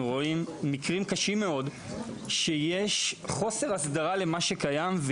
רואים מקרים קשים מאוד של חוסר הסדרה של מה שקיים,